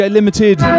Limited